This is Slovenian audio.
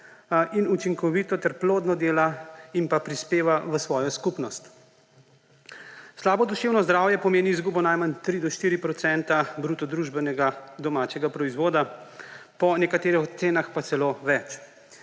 in učinkovito ter plodno dela in prispeva v svojo skupnost. Slabo duševno zdravje pomeni izgubo najmanj 3 do 4 procentov bruto družbenega domačega proizvoda, po nekaterih ocenah pa celo več.